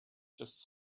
just